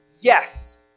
yes